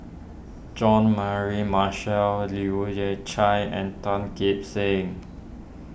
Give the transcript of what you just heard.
John Mary Marshall Leu Yew Chye and Tan Kim Seng